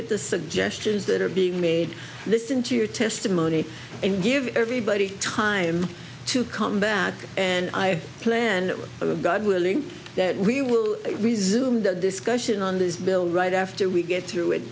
at the suggestions that are being made listen to your testimony and give everybody time to come back and i plan that will of god willing that we will resume the discussion on this bill right after we get through wit